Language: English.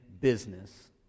business